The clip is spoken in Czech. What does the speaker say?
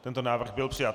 Tento návrh byl přijat.